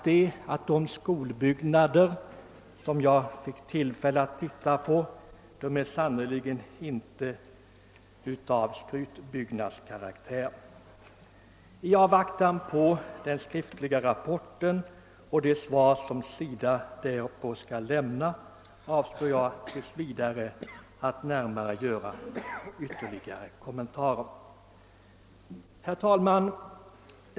De skolbyggnader som jag hade tillfälle att titta på är sannerligen inte av skrytbyggnadskaraktär. I avvaktan på den skriftliga rapporten och det svar som SIDA skall lämna därpå avstår jag tills vidare från ytterligare kommentarer. Herr talman!